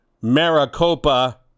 Maricopa